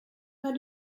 pas